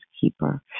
keeper